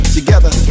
Together